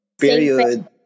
Period